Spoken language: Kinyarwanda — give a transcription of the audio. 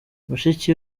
mushiki